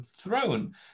throne